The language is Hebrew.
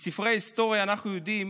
מספרי ההיסטוריה אנחנו יודעים